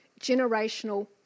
generational